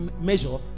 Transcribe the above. Measure